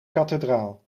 kathedraal